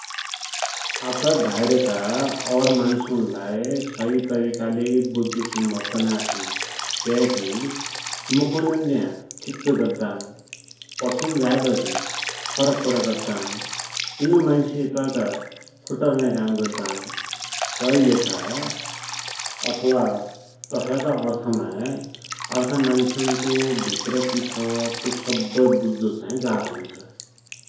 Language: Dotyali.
आफ है भाइरका और मान्सुनलाई सहि तरिकाले बुज्जु सम्भव त नाइँ थिन, क्याकी मुखुइन हुन्ज्या ठिक्क गद्दान, पछुन झाइबटि फरक कुरा गद्दान, तिनुइ मान्सु फ़ुटुन्या काम गद्दान, तैकिलेखा वा तसैका अर्थमा अर्खा मान्सुन्को भित्र कि छ तु सब्बै बुझ्झु चाहि गाह्रो हुन्छ।